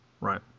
right